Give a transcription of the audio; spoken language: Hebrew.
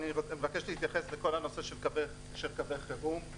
אני מבקש להתייחס לכל הנושא של קווי חירום.